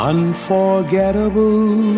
Unforgettable